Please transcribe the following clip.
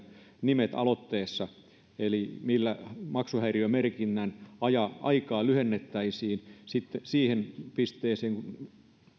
nimet aloitteessa siitä millä maksuhäiriömerkinnän aikaa lyhennettäisiin siihen pisteeseen